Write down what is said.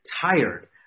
tired